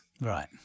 Right